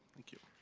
thank you.